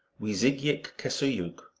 wee-zig-yik-keseyook.